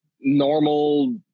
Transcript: normal